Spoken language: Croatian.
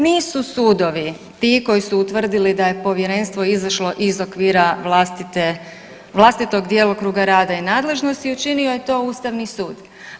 Nisu sudovi ti koji su utvrdili da je povjerenstvo izašlo iz okvira vlastitog djelokruga rada i nadležnosti, učinio je to Ustavni sud.